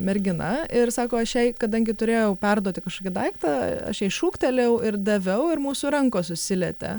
mergina ir sako aš jai kadangi turėjau perduoti kažkokį daiktą aš jai šūktelėjau ir daviau ir mūsų rankos susilietė